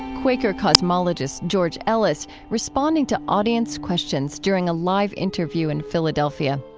quaker cosmologist, george ellis, responding to audience questions during a live interview in philadelphia.